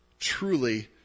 Truly